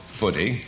footy